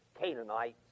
Canaanites